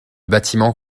bâtiment